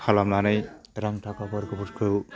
खालामनानै रां थाखाफोरखौ